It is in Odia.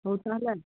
ହଉ ତା'ହେଲେ